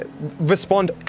respond